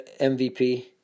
MVP